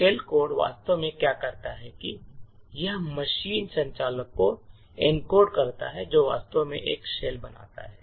shell code वास्तव में क्या करता है कि यह मशीन संचालन को एन्कोड करता है जो वास्तव में एक शेल बनाता है